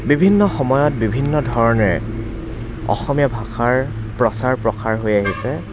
বিভিন্ন সময়ত বিভিন্ন ধৰণেৰে অসমীয়া ভাষাৰ প্ৰচাৰ প্ৰসাৰ হৈ আহিছে